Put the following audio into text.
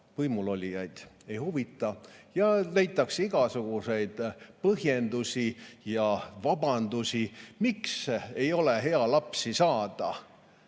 Võimulolijaid nad ei huvita. Leitakse igasuguseid põhjendusi ja vabandusi, miks ei ole hea lapsi saada,